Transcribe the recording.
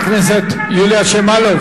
חברת הכנסת יוליה שמאלוב,